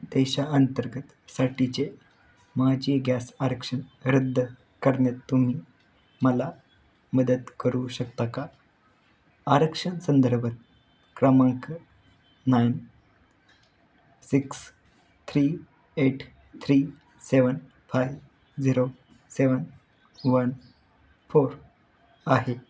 देशाअंतर्गतसाठीचे माझी गॅस आरक्षण रद्द करण्यात तुम्ही मला मदत करू शकता का आरक्षण संदर्भ क्रमांक nine six three eight three seven five zero seven one four आहे